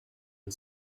and